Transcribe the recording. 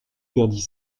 perdit